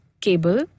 cable